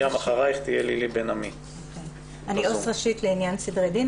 אני עו"ס ראשית לעניין סדרי דין,